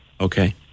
okay